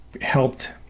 helped